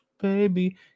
baby